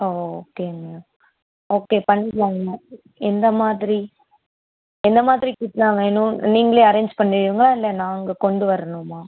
ஆ ஓகேங்க ஓகே பண்ணிக்கலாங்க மேம் எந்த மாதிரி எந்த மாதிரி கிட்ஸெல்லாம் வேணும் நீங்களே அரேஞ்ச் பண்ணுவீங்களா இல்லை நாங்கள் கொண்டு வரணுமா